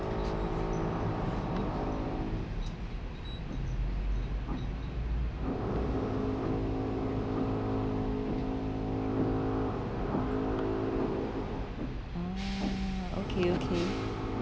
ah okay okay oh